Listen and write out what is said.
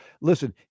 listen